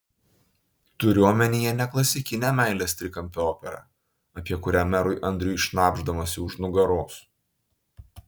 turiu omenyje ne klasikinę meilės trikampio operą apie kurią merui andriui šnabždamasi už nugaros